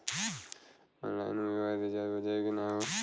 Online mobile recharge हो जाई की ना हो?